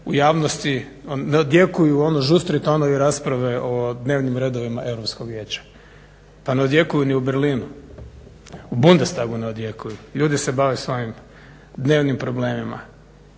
u javnosti odjekuju ono žustri tonovi rasprave o dnevnim redovima Europskog vijeća. Pa ne odjekuju ni u Berlinu, u Bundestagu ne odjekuju. Ljudi se bave svojim dnevnim problemima.